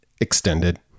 extended